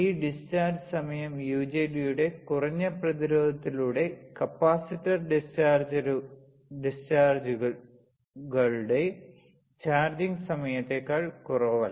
ഈ ഡിസ്ചാർജ് സമയം യുജെടിയുടെ കുറഞ്ഞ പ്രതിരോധത്തിലൂടെ കപ്പാസിറ്റർ ഡിസ്ചാർജുകളുടെ ചാർജിംഗ് സമയത്തേക്കാൾ കുറവല്ല